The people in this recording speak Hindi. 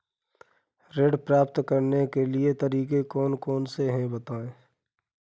ऋण प्राप्त करने के तरीके कौन कौन से हैं बताएँ?